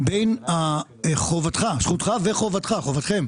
בין חובתך, זכותך וחובתך, חובתכם,